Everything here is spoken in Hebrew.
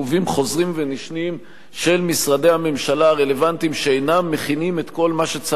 חוזרים ונשנים של משרדי הממשלה הרלוונטיים שאינם מכינים את כל מה שצריך.